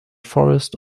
forest